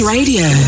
Radio